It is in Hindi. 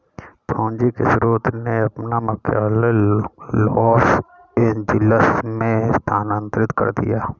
पूंजी के स्रोत ने अपना मुख्यालय लॉस एंजिल्स में स्थानांतरित कर दिया